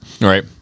right